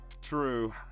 True